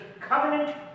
covenant